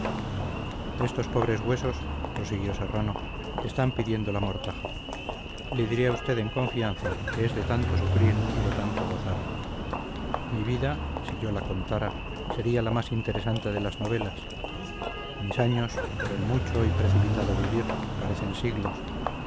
estos pobres huesos prosiguió serrano están pidiendo la mortaja le diré a usted en confianza que es de tanto sufrir y de tanto gozar mi vida si yo la contara sería la más interesante de las novelas mis años por el mucho y precipitado vivir parecen siglos